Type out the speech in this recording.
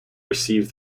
received